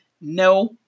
No